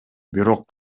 бирок